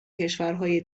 کشورهای